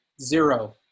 zero